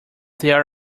there